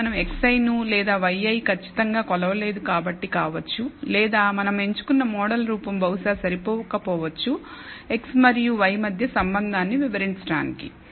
ఇది మనం xi ను లేదా yi ఖచ్చితంగా కొలవలేదు కాబట్టి కావచ్చు లేదా మనం ఎంచుకున్న మోడల్ రూపం బహుశా సరిపోకపోవచ్చు x మరియు y మధ్య సంబంధాన్ని వివరించడానికి